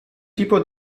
tipo